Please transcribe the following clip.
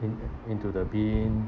in~ into the bin